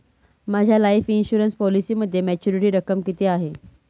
माझ्या life insurance पॉलिसीमध्ये maturity रक्कम किती आहे?